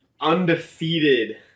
undefeated